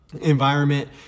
environment